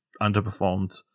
underperformed